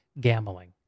gambling